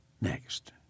next